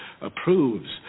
approves